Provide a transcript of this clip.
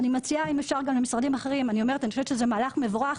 אני מציעה אם אפשר גם למשרדים אחרים אני אומרת שזה מהלך מבורך,